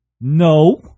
No